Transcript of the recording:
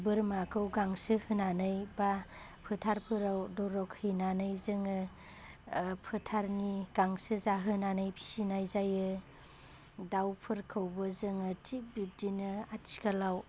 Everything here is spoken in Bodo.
बोरमाखौ गांसो होनानै बा फोथारफोराव दरख हैनानै जोङो फोथारनि गांसो जाहोनानै फिनाय जायो दाउफोरखौबो जोङो थिक बिब्दिनो आथिखालाव